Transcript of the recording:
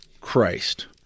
Christ